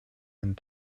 and